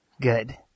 Good